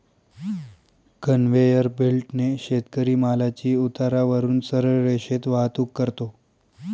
conveyor बेल्टने शेतकरी मालाची उतारावरून सरळ रेषेत वाहतूक करतो